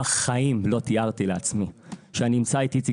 בחיים לא תיארתי לעצמי שאני אמצא את איציק